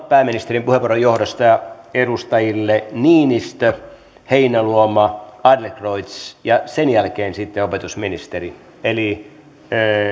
pääministerin puheenvuoron johdosta edustajille niinistö heinäluoma adlercreuz ja sen jälkeen sitten opetusministeri eli